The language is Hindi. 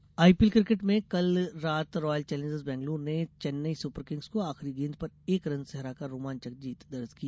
आईपीएल आईपीएल क्रिकेट में कल रात रॉयल चैलेंजर्स बैंगलोर ने चेन्नई सुपर किंग्स को आखिरी गेंद पर एक रन से हराकर रोमांचक जीत दर्ज की